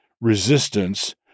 resistance